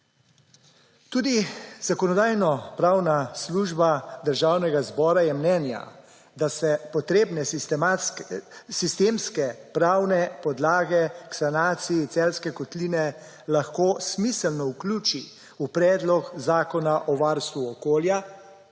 Tudi Zakonodajno-pravna služba Državnega zbora je mnenja, da se potrebne sistemske pravne podlage k sanaciji Celjske kotline lahko smiselno vključi v Predlog zakona o varstvu okolja